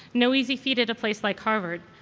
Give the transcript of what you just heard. no easy feat at a place like harvard,